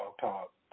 talk